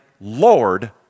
lord